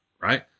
right